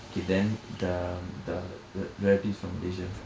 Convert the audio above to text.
okay then the the the relatives from Malaysia